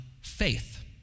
faith